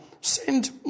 Send